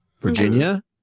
Virginia